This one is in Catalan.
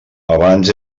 abans